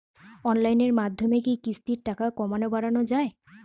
অনলাইনের মাধ্যমে কি কিস্তির টাকা কমানো বাড়ানো যায়?